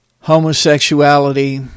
homosexuality